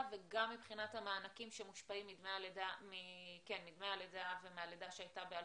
וגם מבחינת המענקים שמושפעים מדמי הלידה ומהלידה שהייתה ב-2019.